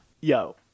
Yo